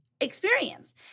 experience